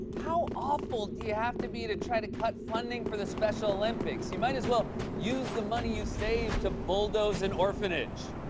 how awful do you have to be to try to cut funding for the special olympics? you might as well use the money you saved to bulldoze an orphanage.